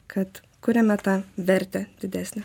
kad kuriame ta vertę didesnę